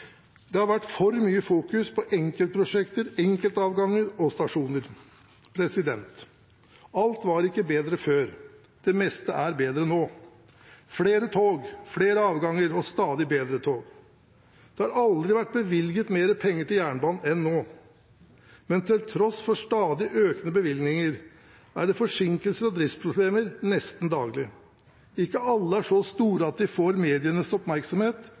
Det har vært for mye fokus på enkeltprosjekter, enkeltavganger og stasjoner. Alt var ikke bedre før – det meste er bedre nå: flere tog, flere avganger og stadig bedre tog. Det har aldri vært bevilget mer penger til jernbanen enn nå. Men til tross for stadig økende bevilgninger er det forsinkelser og driftsproblemer nesten daglig. Ikke alle er så store at de får medienes oppmerksomhet,